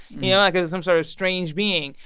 you know, like it was some sort of strange being.